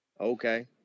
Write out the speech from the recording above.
Okay